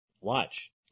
Watch